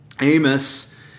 Amos